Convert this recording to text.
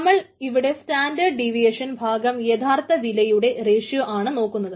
നമ്മൾ ഇവിടെ standard deviation ഭാഗം യഥാർത്ഥ വിലയുടെ റേഷ്യോ ആണ് നോക്കുന്നത്